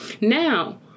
now